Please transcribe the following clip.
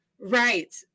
right